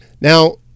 Now